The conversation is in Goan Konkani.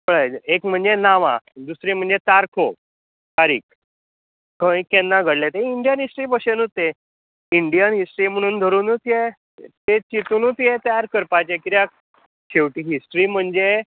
पळय एक म्हणजे नांवां दुसरी म्हणजे तारको तारीक खंय केन्ना घडलें हेें इंडीयन हिस्ट्री बशेनूत तें इंडीयन हिस्ट्री म्हणून धरनूत ते ते शिकुनूत हे चार्ट करपाचें कित्याक शेवटी हिस्ट्री म्हणजे